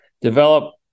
develop